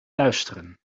luisteren